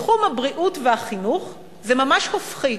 בתחום הבריאות והחינוך זה ממש הופכי.